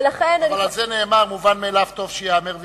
אבל על זה נאמר: מובן מאליו טוב שייאמר וייכתב,